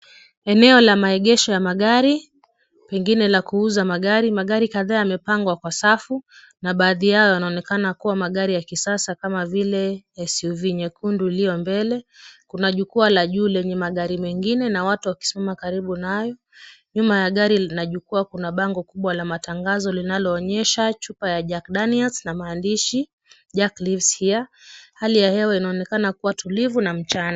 Eneo la maegesho ya magari, pengine la kuuza magari, magari kadha yamepangwa kwa safu na baadhi yao yanaonekana yakiwa magari ya kisasa kama vile SUV nyekundu iliyo mbele. Kuna jukwaa la juu lenye magari mengine na watu wakisimama karibu nayo. Nyuma ya gari na jukwaa kuna bango kubwa la matangazo linaloonyesha chupa ya Jack Daniels na maandishi Jack lives here , hali ya hewa inaonekana kuwa tulivu na mchana.